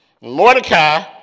Mordecai